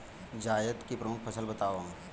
जायद की प्रमुख फसल बताओ